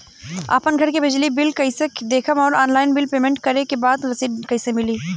आपन घर के बिजली बिल कईसे देखम् और ऑनलाइन बिल पेमेंट करे के बाद रसीद कईसे मिली?